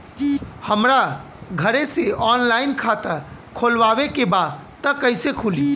हमरा घरे से ऑनलाइन खाता खोलवावे के बा त कइसे खुली?